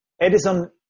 Edison